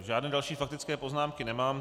Žádné další faktické poznámky nemám.